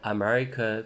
America